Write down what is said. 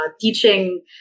teaching